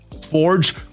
Forge